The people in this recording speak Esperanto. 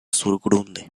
surgrunde